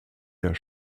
der